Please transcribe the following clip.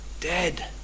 dead